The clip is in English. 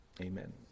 amen